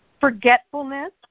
Forgetfulness